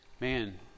man